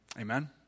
Amen